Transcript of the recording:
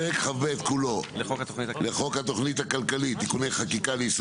לחוק התוכנית הכלכלית (תיקוני חקיקה ליישום